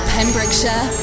Pembrokeshire